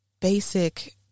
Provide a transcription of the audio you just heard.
basic